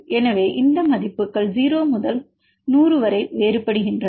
எனவே இந்த மதிப்புகள் 0 முதல் 100 வரை வேறுபடுகின்றன